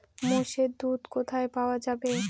মোষের দুধ কোথায় পাওয়া যাবে?